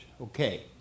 Okay